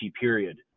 period